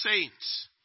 saints